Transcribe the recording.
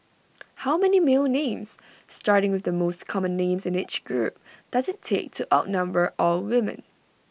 how many male names starting with the most common names in each group does IT take to outnumber all women